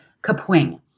Kapwing